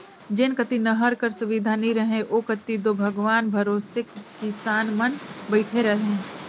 जेन कती नहर कर सुबिधा नी रहें ओ कती दो भगवान भरोसे किसान मन बइठे रहे